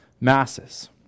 masses